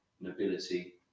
nobility